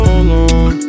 alone